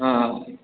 हँ